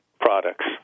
products